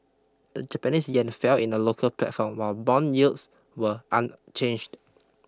the Japanese yen fell in the local platform while bond yields were unchanged